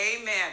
amen